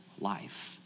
life